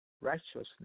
righteousness